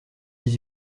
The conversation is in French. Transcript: dix